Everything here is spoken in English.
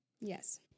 Yes